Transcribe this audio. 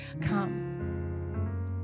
come